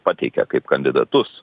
pateikia kaip kandidatus